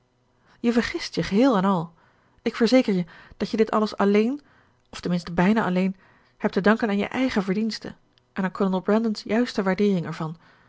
je vergist je geheel en al ik verzeker je dat je dit alles alleen of ten minste bijna alleen hebt te danken aan je eigen verdienste en aan kolonel brandon's juiste waardeering ervan